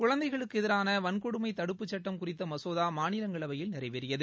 குழந்தைகளுக்கு எதிரான வன்கொடுமைத் தடுப்பு சட்ட குறித்த மகோதா மாநிலங்களவையில் நிறைவேறியது